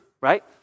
right